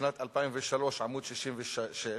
משנת 2003, עמוד 66,